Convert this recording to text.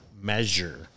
Measure